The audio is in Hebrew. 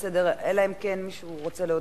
בסדר-היום: